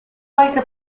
later